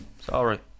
Sorry